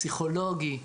פסיכולוגי.